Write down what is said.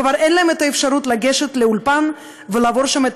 כבר אין להם אפשרות לגשת לאולפן ולעבור שם את